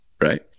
Right